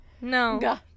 No